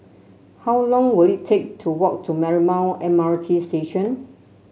how long will it take to walk to Marymount M R T Station